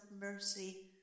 mercy